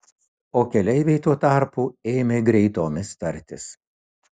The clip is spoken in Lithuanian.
o keleiviai tuo tarpu ėmė greitomis tartis